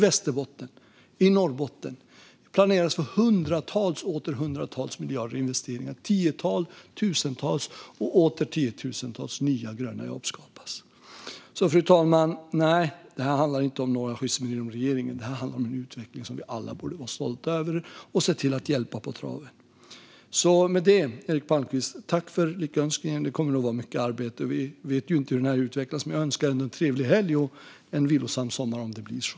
I Västerbotten och i Norrbotten planeras för hundratals och åter hundratals miljarder i investeringar, och tiotusentals och åter tiotusentals nya gröna jobb skapas. Fru talman! Nej, det här handlar inte om några schismer inom regeringen, utan det här handlar om en utveckling som vi alla borde vara stolta över och se till att hjälpa på traven. Med det, Eric Palmqvist, tackar jag för lyckönskningen. Det kommer nog att vara mycket arbete. Vi vet ju inte hur detta utvecklas, men jag önskar ändå en trevlig helg och en vilsam sommar om det blir så.